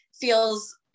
feels